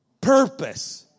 purpose